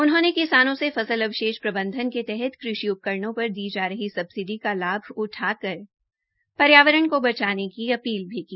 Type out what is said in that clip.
उन्होंने किसानों से फसल अवशेष प्रबंधन के तहत कृषि उपकरणों पर दी जा रही सब्सिडी का लाभ उठाकर पर्यावरण को बचाने की अपील भी की